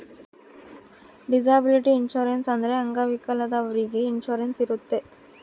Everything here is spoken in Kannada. ಡಿಸಬಿಲಿಟಿ ಇನ್ಸೂರೆನ್ಸ್ ಅಂದ್ರೆ ಅಂಗವಿಕಲದವ್ರಿಗೆ ಇನ್ಸೂರೆನ್ಸ್ ಇರುತ್ತೆ